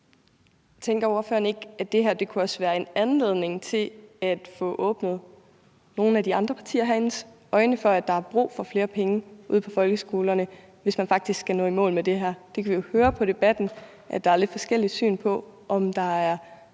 Tænker ordføreren ikke, at det her også kunne være en anledning til at få åbnet øjnene hos nogle af de andre partier herinde for, at der er brug for flere penge ude på folkeskolerne, hvis man faktisk skal nå i mål med det her? Vi kan jo høre på debatten, at der er lidt forskellige syn på, om der er